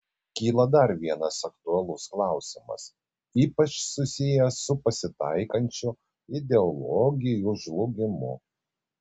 kyla dar vienas aktualus klausimas ypač susijęs su pasitaikančiu ideologijų žlugimu